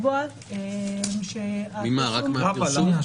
רק מן הפרסום?